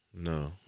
No